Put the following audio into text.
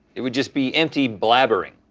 it would just be empty blathering.